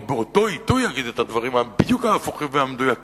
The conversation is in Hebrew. או באותו עיתוי יגיד בדיוק את הדברים ההפוכים והמדויקים,